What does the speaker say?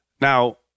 Now